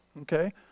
Okay